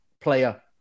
player